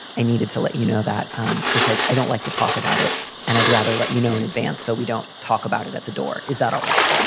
i needed to let you know that um because i don't like to talk about it and i'd rather let you know in advance so we don't talk about it at the door. is that all right?